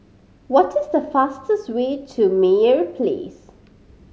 what is the fastest way to Meyer Place